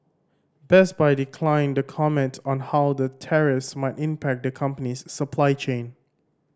Best Buy declined to comment on how the tariffs might impact the company's supply chain